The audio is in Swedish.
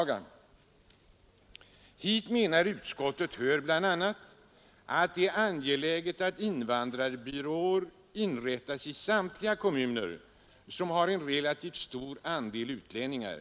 Hit hör bl.a., menar utskottet, att invandrarbyråer bör inrättas i samtliga kommuner som har en relativt stor andel utlänningar.